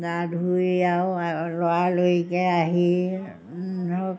গা ধুই আৰু লৰালৰিকৈ আহি ধৰক